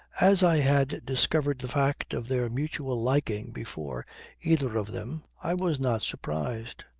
as i had discovered the fact of their mutual liking before either of them, i was not surprised.